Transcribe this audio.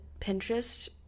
Pinterest